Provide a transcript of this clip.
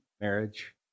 marriage